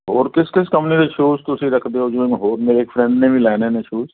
ਹੋਰ ਕਿਸ ਕਿਸ ਕੰਪਨੀ ਦੇ ਵਿੱਚ ਸ਼ੂਜ਼ ਤੁਸੀਂ ਰੱਖਦੇ ਹੋ ਜਿਵੇਂ ਹੋਰ ਮੇਰੇ ਇੱਕ ਫਰੈਂਡ ਨੇ ਵੀ ਲੈਣੇ ਨੇ ਸ਼ੂਜ਼